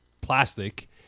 plastic